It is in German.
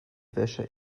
wäsche